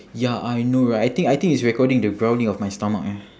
ya I know right I think I think it's recording the growling of my stomach eh